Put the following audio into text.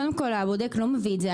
קודם כל הבודק לא מביא את זה,